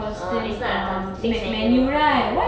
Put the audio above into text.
ah it's not a const~ fixed menu ah